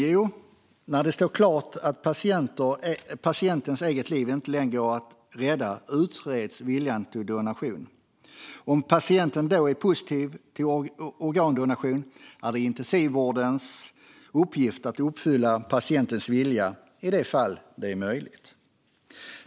Jo, när det står klart att patientens liv inte längre går att rädda utreds viljan till donation. Om patienten då är positiv till organdonation är det intensivvårdens uppgift att uppfylla patientens vilja i de fall det är möjligt.